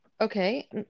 Okay